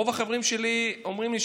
רוב החברים שלי אומרים לי,